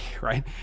right